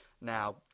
Now